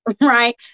Right